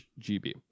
gb